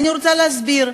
אני רוצה להסביר: